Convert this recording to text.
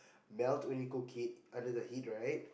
melt when you cook it under the heat right